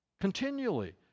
continually